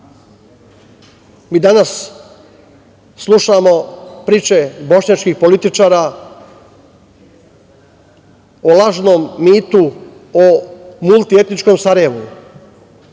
Mi danas slušamo priče bošnjačkih političara o lažnom mitu o multietničkom